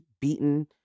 beaten